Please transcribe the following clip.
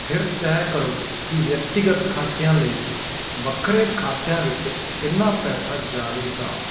ਫਿਰ ਤੈਅ ਕਰੋ ਕਿ ਵਿਅਕਤੀਗਤ ਖਰਚਿਆਂ ਲਈ ਵੱਖਰੇ ਖਾਤਿਆਂ ਵਿੱਚ ਕਿੰਨਾ ਪੈਸਾ ਜਾਵੇਗਾ